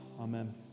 Amen